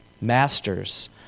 Masters